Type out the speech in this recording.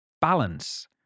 balance